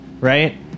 Right